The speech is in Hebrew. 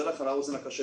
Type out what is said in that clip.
מודה לך על האוזן הקשבת,